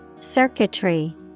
Circuitry